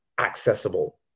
accessible